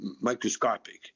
microscopic